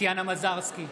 טטיאנה מזרסקי,